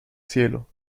cielo